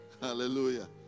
Hallelujah